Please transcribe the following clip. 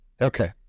Okay